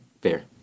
fair